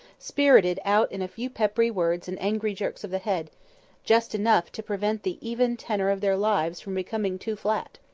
spirited out in a few peppery words and angry jerks of the head just enough to prevent the even tenor of their lives from becoming too flat.